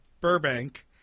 Burbank